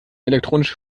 elektronische